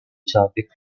topic